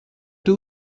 two